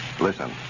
Listen